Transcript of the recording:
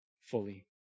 fully